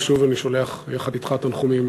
ושוב, אני שולח יחד אתך תנחומים